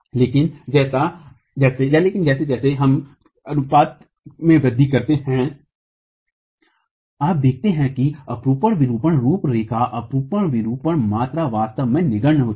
लेकिन जैसे जैसे हम अनुपात अनुपात में वृद्धि करते हैं आप देखते हैं कि अपरूपण विरूपण रुपरेखा अपरूपण विरूपण मात्रा वास्तव में नगण्य हो जाती है